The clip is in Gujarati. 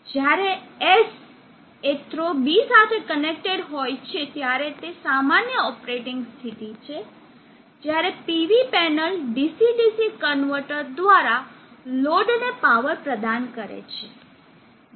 જ્યારે S એ થ્રો B સાથે કનેક્ટેડ હોય છે ત્યારે તે સામાન્ય ઓપરેટિંગ સ્થિતિ છે જ્યારે PV panel DC DC converter દ્વારા લોડને પાવર પ્રદાન કરે છે